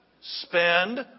Spend